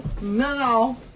No